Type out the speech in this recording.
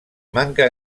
manca